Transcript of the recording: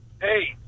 Hey